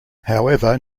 however